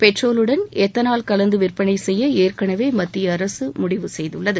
பெட்ரோலுடன் ethanol கலந்து விற்பனை செய்ய ஏற்கனவே மத்திய அரசு முடிவு செய்துள்ளது